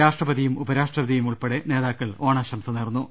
രാഷ്ട്രപതിയും ഉപരാഷ്ട്രപതിയും ഉൾപ്പെടെ നേതാക്കൾ ഓണാശംസ നേർന്നു